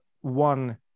one